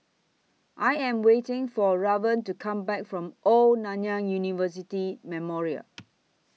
I Am waiting For Raven to Come Back from Old Nanyang University Memorial